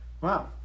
Wow